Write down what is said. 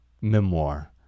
memoir